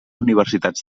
universitats